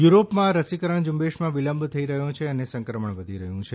યુરોપમાં રસીકરણ ઝુંબેશમાં વિલંબ થઈ રહ્યો છે અને સંક્રમણ વધી રહ્યું છે